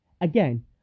Again